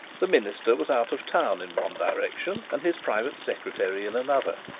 the minister was out of town in one direction, and his private secretary in another.